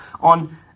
on